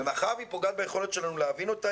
מאחר והיא פוגעת ביכולת שלנו להבין אותה,